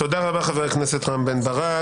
תודה רבה, חבר הכנסת רם בן ברק.